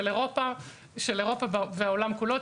של אירופה והעולם כולו,